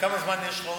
וכמה זמן עוד יש לך?